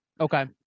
Okay